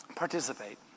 participate